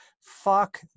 Fuck